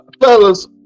Fellas